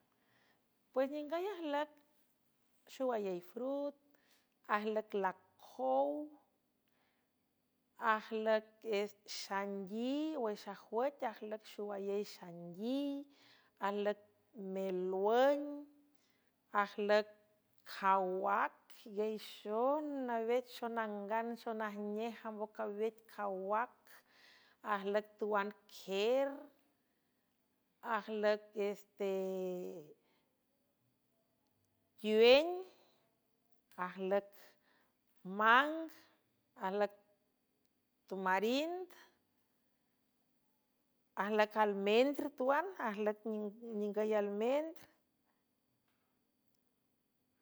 Pues ningüy ajlüc xowayey frut ajlüc lacow ajlücsxaingui wüx ajwüc ajlüc xowayey xaingui ajlüc melwün ajlüc cawac giayxon nawech xonangan xonajnej ambocawec cawac ajlüc twan qer ajlüc este tuén ajlüc mang ajlüc tumarind ajlüc almendr tuan ajlüc ningüy almendra.